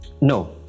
No